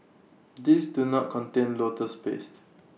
these do not contain lotus paste